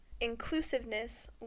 Inclusiveness